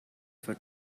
for